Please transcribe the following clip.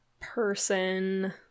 person